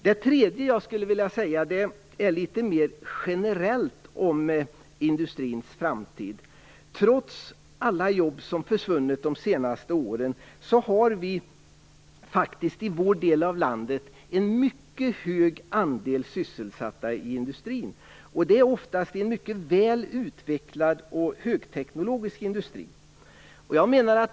Det tredje jag skulle vilja säga gäller litet mer generellt om industrins framtid. Trots alla jobb som försvunnit de senaste åren har vi faktiskt i vår del av landet en mycket stor andel sysselsatta i industrin. Det är oftast en mycket väl utvecklad och högteknologisk industri.